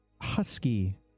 husky